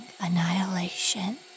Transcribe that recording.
annihilation